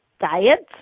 diets